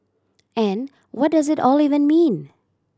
and what does it all even mean